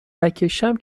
نکشم